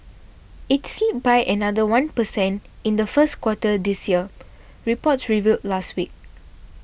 it slipped by another one per cent in the first quarter this year reports revealed last week